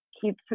keep